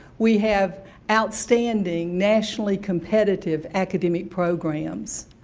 we have outstanding nationally competitive academic programs.